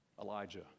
Elijah